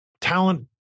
talent